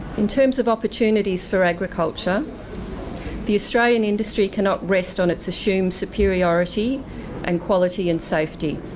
in terms of opportunities for agriculture the australian industry cannot rest on its assumed superiority and quality and safety.